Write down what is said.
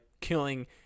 killing